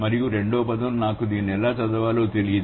మరియు రెండవ పదం నాకు దీన్ని ఎలా చదవాలో తెలియదు